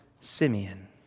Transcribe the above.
Simeon